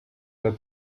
that